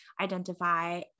identify